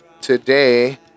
today